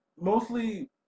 Mostly